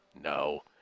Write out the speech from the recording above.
No